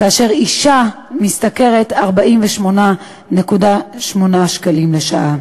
כאשר אישה משתכרת 48.8 שקלים לשעה.